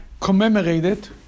commemorated